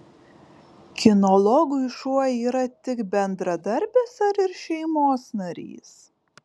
kinologui šuo yra tik bendradarbis ar ir šeimos narys